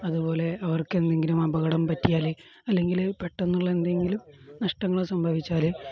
അതുപോലെ അവർക്ക് എന്തെങ്കിലും അപകടം പറ്റിയാൽ അല്ലെങ്കിൽ പെട്ടെന്നുള്ള എന്തെങ്കിലും നഷ്ടങ്ങളെ സംഭവിച്ചാൽ